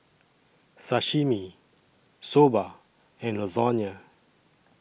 Sashimi Soba and Lasagne